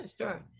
sure